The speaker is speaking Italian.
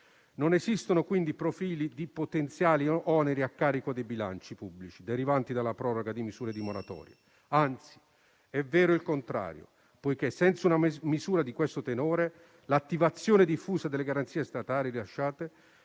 Non esistono quindi profili di potenziali oneri a carico dei bilanci pubblici derivanti dalla proroga di misure di moratoria. Anzi, è vero il contrario, poiché senza una misura di questo tenore l'attivazione diffusa garanzie statali rilasciate